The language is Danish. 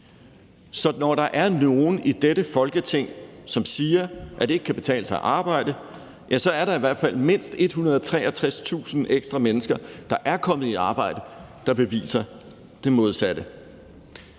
Så når der er nogle i dette Folketing, der siger, at det ikke kan betale sig at arbejde, så er der mindst 163.000 ekstra mennesker, der er kommet i arbejde, som beviser det modsatte.